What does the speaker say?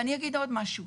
ואני אגיד עוד משהו.